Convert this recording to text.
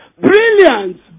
brilliant